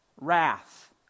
wrath